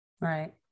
Right